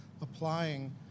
applying